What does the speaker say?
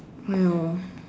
!haiyo!